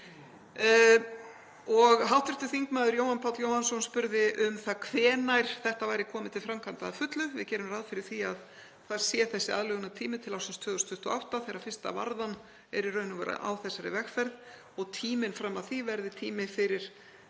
Hv. þm. Jóhann Páll Jóhannsson spurði um það hvenær þetta yrði komið til framkvæmda að fullu. Við gerum ráð fyrir því að það sé þessi aðlögunartími til ársins 2028 þegar fyrsta varðan er í raun og veru á þessari vegferð og tíminn fram að því verði tími fyrir